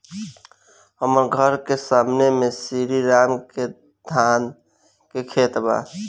हमर घर के सामने में श्री राम के धान के खेत बा